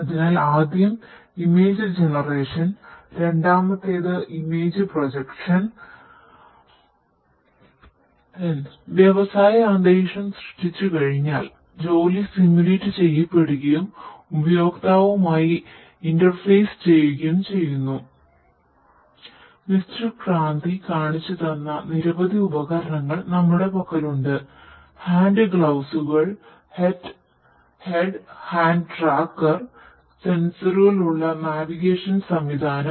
അതിനാൽആദ്യം image generation സംവിധാനം